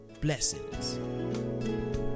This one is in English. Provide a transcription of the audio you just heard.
Blessings